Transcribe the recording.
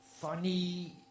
funny